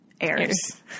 airs